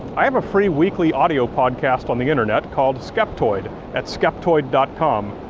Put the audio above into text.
i have a free weekly audio podcast on the internet called skeptoid, at skeptoid. com,